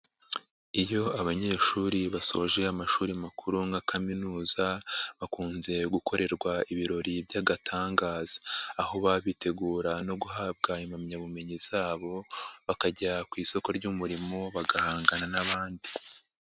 Iyo abanyeshuri basoje amashuri makuru nka kaminuza, bakunze gukorerwa ibirori by'agatangaza, aho baba bitegura no guhabwa impamyabumenyi zabo, bakajya ku isoko ry'umurimo bagahangana n'abandi.